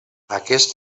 aquests